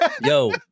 Yo